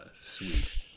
sweet